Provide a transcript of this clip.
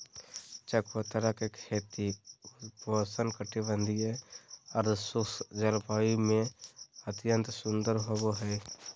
चकोतरा के खेती उपोष्ण कटिबंधीय, अर्धशुष्क जलवायु में अत्यंत सुंदर होवई हई